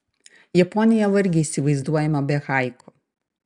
japonija vargiai įsivaizduojama be haiku